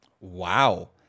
Wow